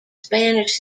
spanish